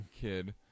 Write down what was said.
kid